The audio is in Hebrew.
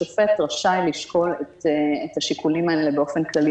השופט רשאי לשקול את השיקולים האלה באופן כללי.